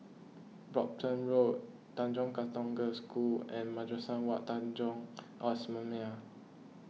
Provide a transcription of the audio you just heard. Brompton Road Tanjong Katong Girls' School and Madrasah Wak Tanjong Al Islamiah